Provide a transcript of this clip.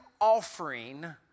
offering